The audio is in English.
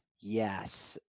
Yes